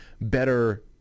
better